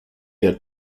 had